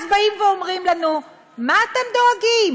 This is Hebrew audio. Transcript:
אז באים ואומרים לנו: מה אתם דואגים?